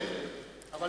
בהחלט, בהחלט.